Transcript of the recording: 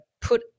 put